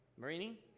marini